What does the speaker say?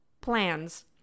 plans